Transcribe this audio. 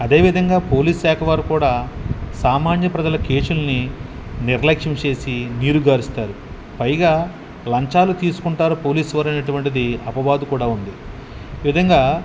అదేవిధంగా పోలీస్ శాఖ వారు కూడా సామాన్య ప్రజల కేసులని నిర్లక్ష్యం చేసి నీరు కారుస్తారు పైగా లంచాలు తీసుకుంటారు పోలీస్ వారునటువంటిది అపవాాదు కూడా ఉంది ఈ విధంగా